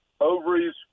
ovaries